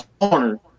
corner